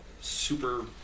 super